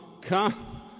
come